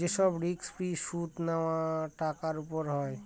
যে সব risk free সুদ নেওয়া টাকার উপর হয়